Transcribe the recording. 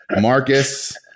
marcus